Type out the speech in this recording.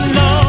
no